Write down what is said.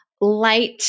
light